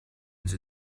the